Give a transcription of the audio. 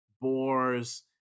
boars